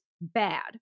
bad